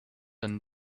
and